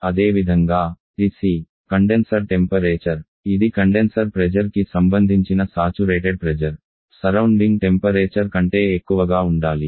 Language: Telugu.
అదేవిధంగా TC కండెన్సర్ టెంపరేచర్ ఇది కండెన్సర్ ప్రెజర్ కి సంబంధించిన సాచురేటెడ్ ప్రెజర్ పరిసర టెంపరేచర్ కంటే ఎక్కువగా ఉండాలి